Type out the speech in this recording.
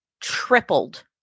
tripled